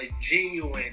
genuine